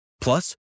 Plus